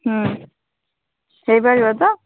ହୋଇପାରିବ ତ